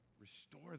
Restore